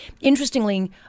Interestingly